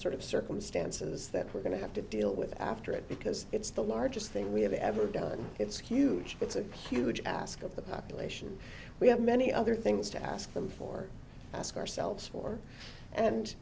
sort of circumstances that we're going to have to deal with after it because it's the largest thing we have ever done it's a huge it's a huge ask of the population we have many other things to ask them for ask ourselves for and